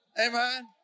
Amen